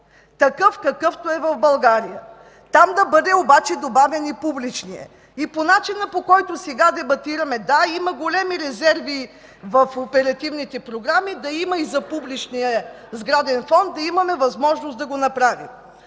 такъв какъвто е в България. Там да бъде обаче добавен и публичният. По начина, по който сега дебатираме – да, има големи резерви в оперативните програми, да има и за публичния сграден фонд, да имаме възможност да го направим.